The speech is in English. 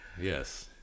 Yes